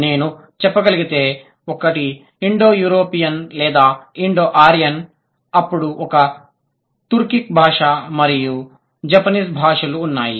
నేను చెప్పగలిగితే ఒకటి ఇండో యూరోపియన్ భాష లేదా ఇండో ఆర్యన్ అప్పుడు ఒక తుర్కిక్ భాష మరియు జపనీస్ భాషలు ఉన్నాయి